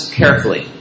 carefully